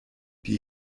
die